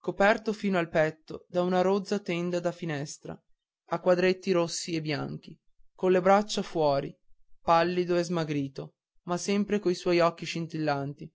coperto fino al petto da una rozza tenda da finestra a quadretti rossi e bianchi con le braccia fuori pallido e smagrito ma sempre coi suoi occhi scintillanti